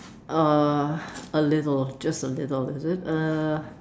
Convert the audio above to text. uh a little just a little is it uh